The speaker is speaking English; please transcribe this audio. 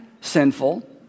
sinful